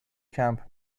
کمپ